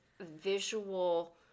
visual